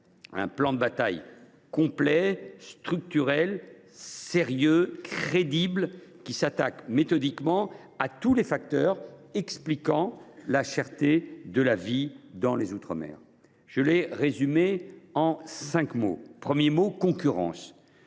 un plan de bataille complet, structurel, sérieux, crédible, qui s’attaque méthodiquement à tous les facteurs qui concourent à la cherté de la vie dans les outre mer. Ce plan se résume en cinq mots. Le premier mot est :« concurrence